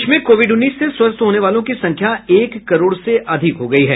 देश में कोविड उन्नीस से स्वस्थ होने वालों की संख्या एक करोड से अधिक हो गई है